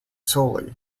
solely